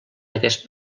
aquest